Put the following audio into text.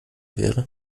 wäre